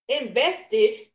invested